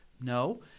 no